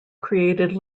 created